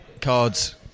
cards